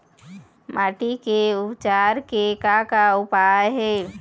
माटी के उपचार के का का उपाय हे?